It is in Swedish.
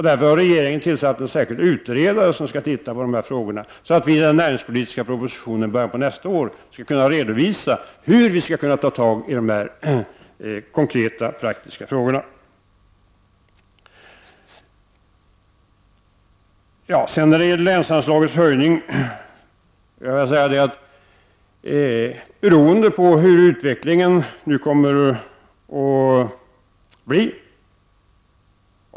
Därför har regeringen tillsatt en särskild utredare som skall se över dessa frågor, så att vi i nästa års näringspolitiska proposition kan redovisa hur vi skall kunna ta itu med de praktiska, konkreta frågorna. Länsanslagens höjning är beroende av hur utvecklingen kommer att bli.